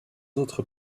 autres